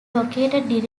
located